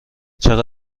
چقدر